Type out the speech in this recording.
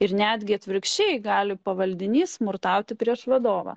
ir netgi atvirkščiai gali pavaldinys smurtauti prieš vadovą